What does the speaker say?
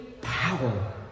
power